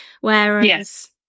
whereas